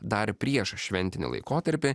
dar prieš šventinį laikotarpį